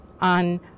on